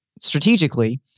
strategically